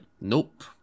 Nope